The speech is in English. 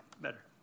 better